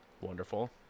Wonderful